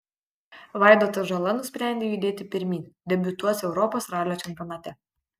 vaidotas žala nusprendė judėti pirmyn debiutuos europos ralio čempionate